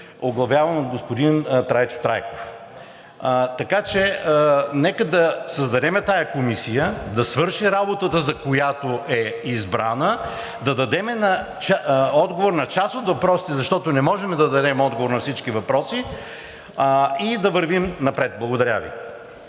оглавявано от господин Трайчо Трайков. Така че нека да създадем тази комисия, да свърши работата, за която е избрана, да дадем отговор на част от въпросите, защото не можем да дадем отговор на всички въпроси, и да вървим напред. Благодаря Ви.